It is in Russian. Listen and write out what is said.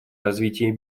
развитие